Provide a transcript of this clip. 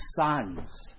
sons